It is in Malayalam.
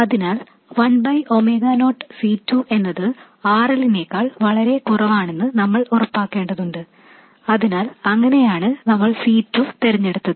അതിനാൽ 1 ഒമേഗ നോട്ട് C2 എന്നത് RL നേക്കാൾ വളരെ കുറവാണെന്ന് നമ്മൾ ഉറപ്പാക്കേണ്ടതുണ്ട് അതിനാൽ അങ്ങനെയാണ് നമ്മൾ C2 തിരഞ്ഞെടുത്തത്